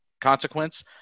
consequence